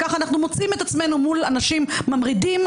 כך אנחנו מוצאים את עצמנו מול אנשים ממרידים,